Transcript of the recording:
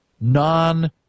non-